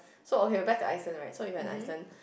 so okay back to Iceland right so we went to Iceland